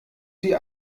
die